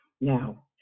Now